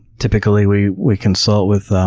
typically we we consult with